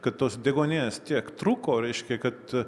kad tos deguonies tiek trūko reiškia kad